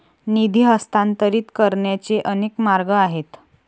निधी हस्तांतरित करण्याचे अनेक मार्ग आहेत